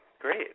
Great